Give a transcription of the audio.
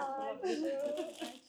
ačiū ačiū